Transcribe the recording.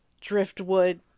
driftwood